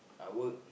I work